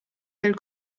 del